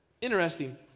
interesting